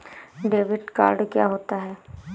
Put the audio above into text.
Debit card क्या होता है?